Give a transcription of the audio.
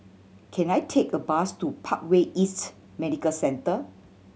can I take a bus to Parkway East Medical Centre